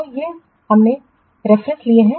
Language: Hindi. तो ये हमारे द्वारा लिए गए संदर्भ हैं